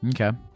Okay